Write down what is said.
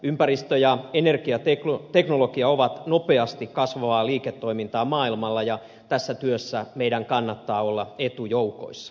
ympäristö ja energiateknologia ovat nopeasti kasvavaa liiketoimintaa maailmalla ja tässä työssä meidän kannattaa olla etujoukoissa